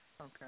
Okay